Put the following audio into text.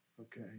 okay